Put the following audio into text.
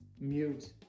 mute